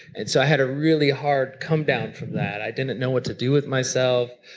and so i had a really hard comedown from that. i didn't know what to do with myself.